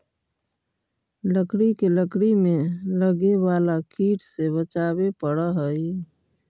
लकड़ी के लकड़ी में लगे वाला कीट से बचावे पड़ऽ हइ